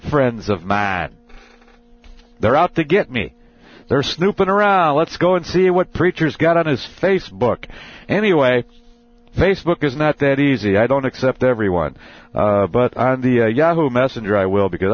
friends of mine they're out to get me they're snooping around let's go and see what preacher's got on his facebook anyway facebook is not that easy i don't accept everyone but on the yahoo messenger i will because